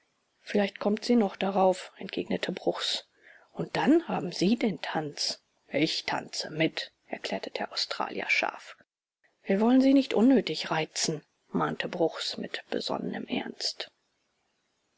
vielleicht kommt sie noch darauf entgegnete bruchs und dann haben sie den tanz ich tanze mit erklärte der australier scharf wir wollen sie nicht unnötig reizen mahnte bruchs mit besonnenem ernst